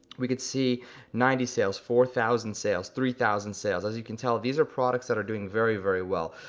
we could see ninety sales, four thousand sales, three thousand sales. as you can tell these are products that are doing very very well.